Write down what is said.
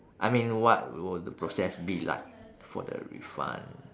I mean what will the process be like for the refund